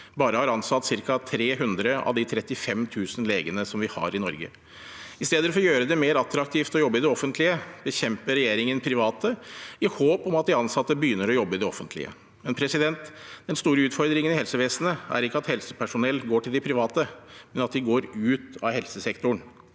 bare har ansatt ca. 300 av de 35 000 legene som vi har i Norge. I stedet for å gjøre det mer attraktivt å jobbe i det offentlige bekjemper regjeringen private, i håp om at de ansatte begynner å jobbe i det offentlige. Den store utfordringen i helsevesenet er imidlertid ikke at helsepersonell går til de private, men at de går ut av helsesektoren.